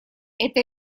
это